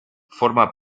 forma